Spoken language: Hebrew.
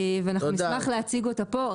נשמח להציג אותה פה.